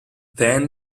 then